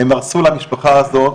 הם הרסו למשפחה הזאת,